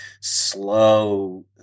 slow